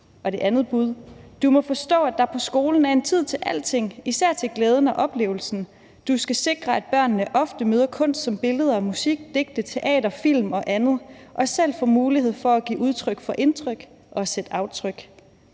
For det andet bud 7: »Du må forstå, at der på skolen er en tid til alting, især til glæden og oplevelsen. Du skal sikre, at børnene ofte møder kunst som billeder, musik, digte, teater, film og andet og selv får mulighed for at give udtryk for indtryk og sætte aftryk.«